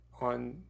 on